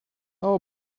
how